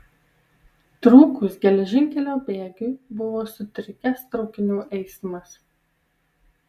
trūkus geležinkelio bėgiui buvo sutrikęs traukinių eismas